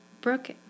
Brooke